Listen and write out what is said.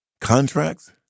contracts